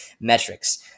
metrics